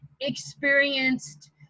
experienced